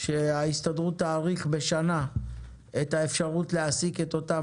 שההסתדרות תאריך בשנה את האפשרות להעסיק את אותם